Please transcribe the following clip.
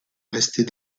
rester